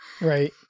right